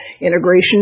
integration